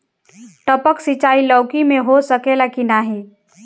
टपक सिंचाई लौकी में हो सकेला की नाही?